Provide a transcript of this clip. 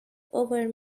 over